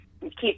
keep